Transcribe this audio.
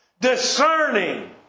Discerning